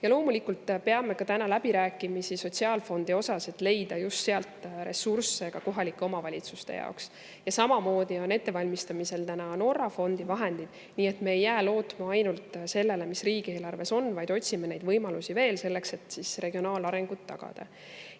Ja loomulikult peame läbirääkimisi sotsiaalfondi osas, et leida just sealt ressursse ka kohalike omavalitsuste jaoks. Samamoodi on ettevalmistamisel täna Norra fondi vahendid. Nii et me ei jää lootma ainult sellele, mis riigieelarves on, vaid otsime neid võimalusi veel, selleks et regionaalarengut tagada.